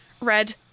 red